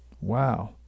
Wow